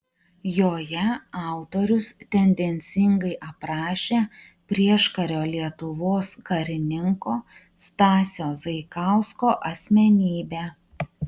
joje autorius tendencingai aprašė prieškario lietuvos karininko stasio zaikausko asmenybę